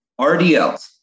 RDLs